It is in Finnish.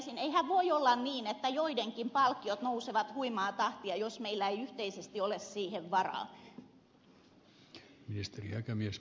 eihän voi olla niin että joidenkin palkkiot nousevat huimaa tahtia vaikka meillä ei yhteisesti ole siihen varaa